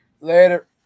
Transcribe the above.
Later